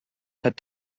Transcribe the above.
had